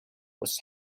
was